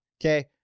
okay